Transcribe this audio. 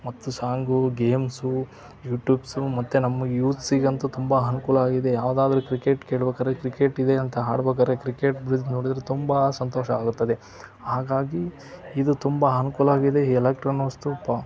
ಮತ್ತು ಸಾಂಗೂ ಗೇಮ್ಸೂ ಯೂಟೂಬ್ಸು ಮತ್ತು ನಮ್ಮ ಯೂತ್ಸಿಗಂತೂ ತುಂಬ ಅನ್ಕೂಲ ಆಗಿದೆ ಯಾವುದಾದ್ರೂ ಕ್ರಿಕೆಟ್ ಕೇಳ್ಬೇಕಾರೆ ಕ್ರಿಕೆಟ್ ಇದೆ ಅಂತ ಆಡ್ಬೇಕಾರೆ ಕ್ರಿಕೆಟ್ ಬಿದ್ದು ನೋಡಿದ್ರೆ ತುಂಬ ಸಂತೋಷ ಆಗುತ್ತದೆ ಹಾಗಾಗಿ ಇದು ತುಂಬ ಅನುಕೂಲ ಆಗಿದೆ ಎಲಕ್ಟ್ರೋನ್ ವಸ್ತು ಬ